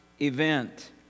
event